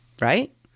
Right